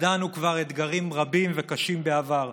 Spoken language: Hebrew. ידענו כבר אתגרים רבים וקשים בעבר.